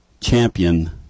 champion